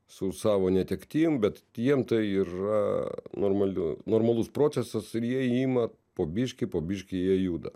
su savo netektim bet jiem tai yra normali normalus procesas ir jie ima po biškį po biškį jie juda